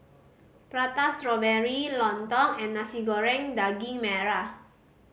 Prata Strawberry lontong and Nasi Goreng Daging Merah